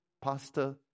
pastor